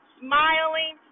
smiling